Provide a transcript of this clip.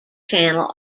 channel